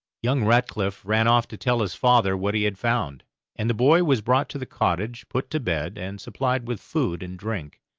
young ratcliff ran off to tell his father what he had found and the boy was brought to the cottage, put to bed, and supplied with food and drink.